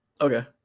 okay